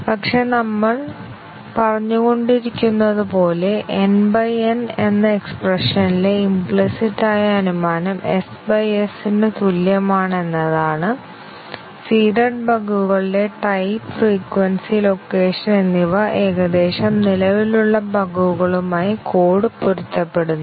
പക്ഷേ നമ്മൾ പറഞ്ഞുകൊണ്ടിരിക്കുന്നതുപോലെ nN എന്ന എക്സ്പ്രെഷനിലെ ഇംപ്ലിസിറ്റ് ആയ അനുമാനം s S ന് തുല്യമാണ് എന്നതാണ് സീഡ്ഡ് ബഗുകളുടെ ടൈപ്പ് ഫ്രീക്വെൻസി ലൊക്കേഷൻ എന്നിവ ഏകദേശം നിലവിലുള്ള ബഗുകളുമായി കോഡ് പൊരുത്തപ്പെടുന്നു